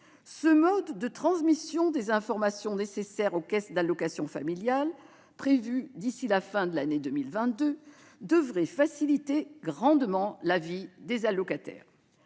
Ce mode de transmission des informations nécessaires aux caisses d'allocations familiales, prévu d'ici à la fin de l'année 2022, devrait faciliter grandement la vie des allocataires.